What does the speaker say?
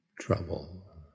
trouble